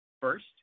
First